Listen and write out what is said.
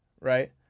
right